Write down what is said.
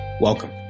welcome